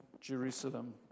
Jerusalem